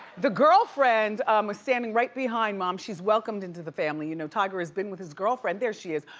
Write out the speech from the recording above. the girlfriend was standing right behind mom. she's welcomed into the family. you know tiger has been with his girlfriend, there she is,